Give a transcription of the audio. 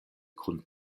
kun